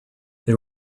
they